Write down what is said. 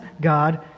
God